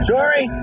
Sorry